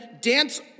dance